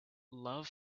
love